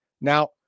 Now